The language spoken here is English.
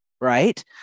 right